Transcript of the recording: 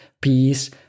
peace